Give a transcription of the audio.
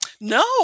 No